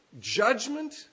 judgment